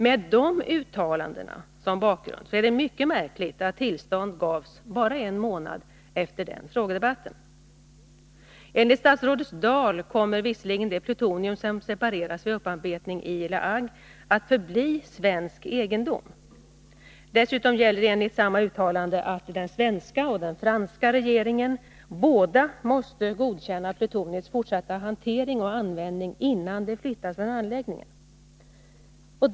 Med de uttalandena som bakgrund är det mycket märkligt att tillstånd gavs bara en månad efter denna frågedebatt. Enligt statsrådet Dahl kommer visserligen det plutonium som separeras vid upparbetning i La Hague att förbli svensk egendom. Dessutom gäller enligt samma uttalande att den svenska och den franska regeringen båda måste godkänna plutoniets fortsatta hantering och användning, innan det flyttas från anläggningen.